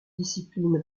discipline